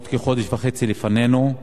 עוד כחודש וחצי לפנינו,